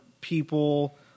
people